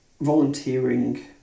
volunteering